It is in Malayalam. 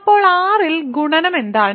അപ്പോൾ R ൽ ഗുണനം എന്താണ്